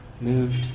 moved